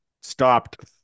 stopped